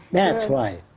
that's right.